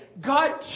God